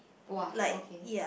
!woah! okay